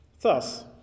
Thus